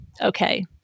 okay